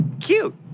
cute